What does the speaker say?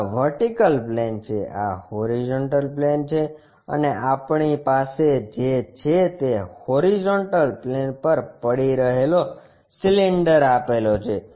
આ vertical plane છે આ હોરીઝોન્ટલ પ્લેન છે અને આપણી પાસે જે છે તે હોરીઝોન્ટલ પ્લેન પર પડી રહેલો સિલિન્ડર આપેલો છે